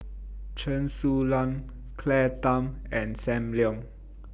Chen Su Lan Claire Tham and SAM Leong